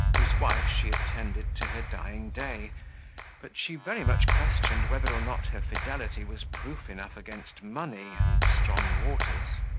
whose wife she attended to her dying day but she very much questioned whether or not her fidelity was proof enough against money and strong waters.